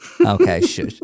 Okay